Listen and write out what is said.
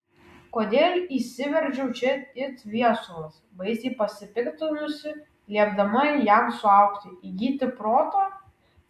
kodėl įsiveržiau čia it viesulas baisiai pasipiktinusi liepdama jam suaugti įgyti proto